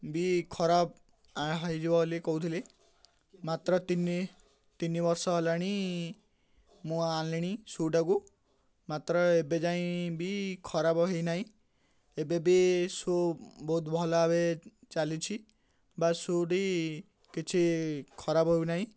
ବି ଖରାପ ହେଇଯିବ ବୋଲି କହୁଥିଲି ମାତ୍ର ତିନି ତିନି ବର୍ଷ ହେଲାଣି ମୁଁ ଆଣିଲିଣି ସୁ'ଟାକୁ ମାତ୍ର ଏବେ ଯାଇଁ ବି ଖରାପ ହେଇନାହିଁ ଏବେ ବି ସୁ' ବହୁତ ଭଲ ଭାବେ ଚାଲିଛି ବା ସୁ'ଟି କିଛି ଖରାପ ହେଉନାହିଁ